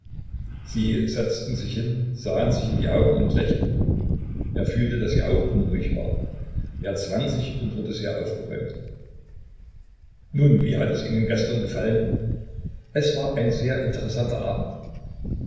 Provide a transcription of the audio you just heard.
sie setzten sich hin sahen sich in die augen und lächelten er fühlte daß sie auch unruhig war er zwang sich und wurde sehr aufgeräumt nun wie hat es ihnen gestern gefallen es war ein sehr interessanter abend